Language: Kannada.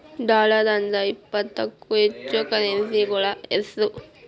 ಡಾಲರ್ ಅಂದ್ರ ಇಪ್ಪತ್ತಕ್ಕೂ ಹೆಚ್ಚ ಕರೆನ್ಸಿಗಳ ಹೆಸ್ರು